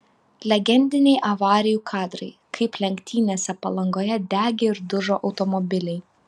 legendiniai avarijų kadrai kaip lenktynėse palangoje degė ir dužo automobiliai